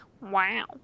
Wow